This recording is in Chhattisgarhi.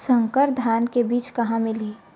संकर धान के बीज कहां मिलही?